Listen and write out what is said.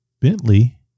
Bentley